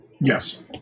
Yes